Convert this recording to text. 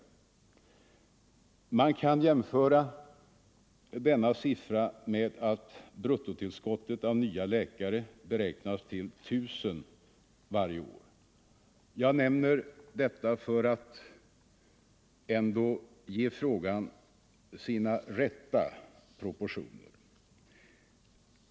Man kan jämföra denna siffra med att bruttotillskottet av nya läkare beräknas till 1 000 varje år. Jag nämner detta för att ändå ge frågan dess rätta proportioner.